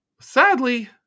Sadly